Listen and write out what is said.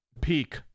peak